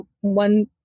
one